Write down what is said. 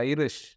Irish